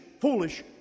foolish